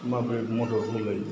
माबोरै मदद होलायाे